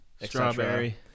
strawberry